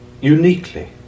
uniquely